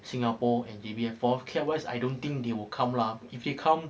singapore and J_B for cat wise I don't think they will come lah if they come